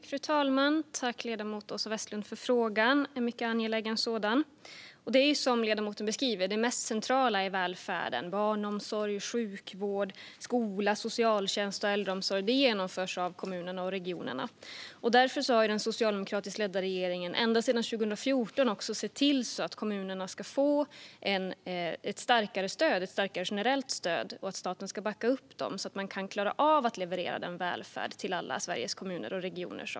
Fru talman! Jag tackar Åsa Westlund för frågan. Det är en mycket angelägen fråga. Som ledamoten beskriver genomförs det mest centrala i välfärden - barnomsorg, sjukvård, skola, socialtjänst och äldreomsorg - av kommunerna och regionerna. Därför har den socialdemokratiskt ledda regeringen ända sedan 2014 sett till att kommunerna ska få ett starkare generellt stöd och att staten ska backa upp dem så att man kan klara av att leverera den välfärd som behövs till alla Sveriges kommuner och regioner.